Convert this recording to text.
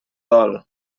dol